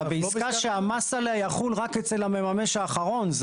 אתה בעסקה שהמס עליה יחול רק אצל המממש האחרון.